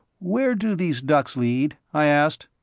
where do these ducts lead? i asked.